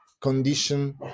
condition